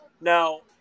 Now